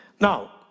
Now